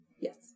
Yes